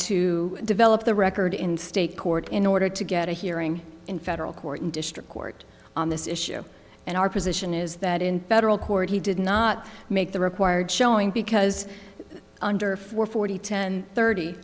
to develop the record in state court in order to get a hearing in federal court in district court on this issue and our position is that in federal court he did not make the required showing because under four forty ten thirty